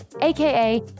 AKA